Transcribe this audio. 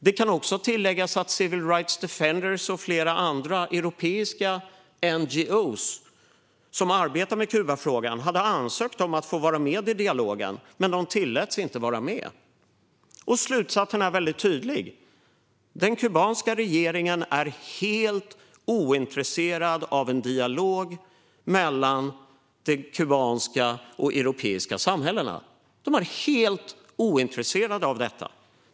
Det kan tilläggas att Civil Rights Defenders och flera andra europeiska NGO:er som arbetar med Kubafrågan hade ansökt om att få vara med i dialogen, men de tilläts inte vara med. Slutsatsen är väldigt tydlig: Den kubanska regeringen är helt ointresserad av en dialog mellan de kubanska och de europeiska samhällena.